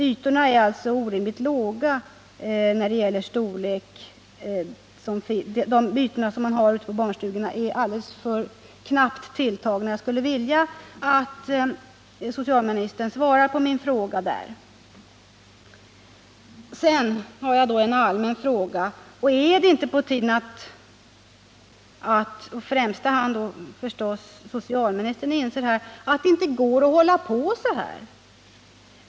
Även här är förhållandena orimliga — ytorna i barnstugorna är alldeles för knappt tilltagna. Därutöver har jag en mer allmän fråga. Är det inte på tiden att framför allt socialministern inser att det inte går att hålla på så här?